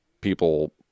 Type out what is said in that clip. people